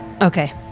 Okay